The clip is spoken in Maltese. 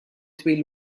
twil